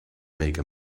make